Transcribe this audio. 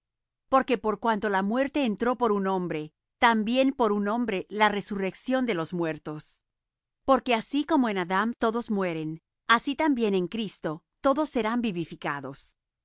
porque por cuanto la muerte entró por un hombre también por un hombre la resurrección de los muertos porque así como en adam todos mueren así también en cristo todos serán vivificados